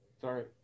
Sorry